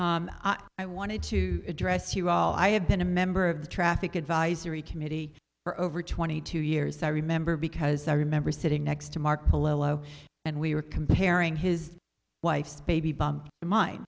to i wanted to address you all i have been a member of the traffic advisory committee for over twenty two years i remember because i remember sitting next to mark below and we were comparing his wife's baby bump to mine